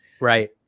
Right